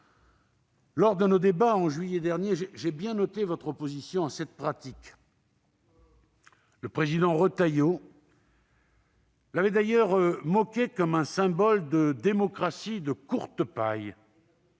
Lors de nos débats au mois de juillet dernier, j'ai bien noté votre opposition à cette pratique. Le président Retailleau l'avait d'ailleurs moquée comme un symbole de la « démocratie de la courte paille